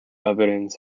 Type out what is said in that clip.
evidence